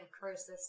curses